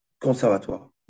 conservatoire